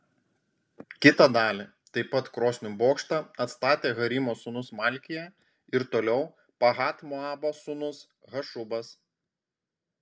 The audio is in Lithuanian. kitą dalį taip pat krosnių bokštą atstatė harimo sūnus malkija ir toliau pahat moabo sūnus hašubas